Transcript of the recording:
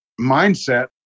mindset